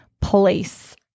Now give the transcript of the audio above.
place